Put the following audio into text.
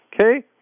okay